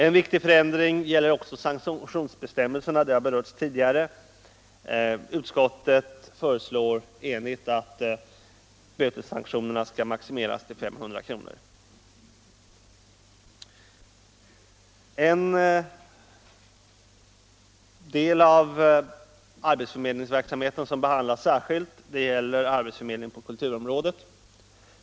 En väsentlig förändring gäller sanktionsbestämmelserna, som har berörts tidigare. Utskottet föreslår enigt att bötessanktionerna skall maximeras till 500 kr. En del av arbetsförmedlingsverksamheten som behandlas särskilt är arbetsförmedling på kulturområdet.